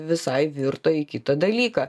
visai virto į kitą dalyką